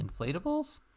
inflatables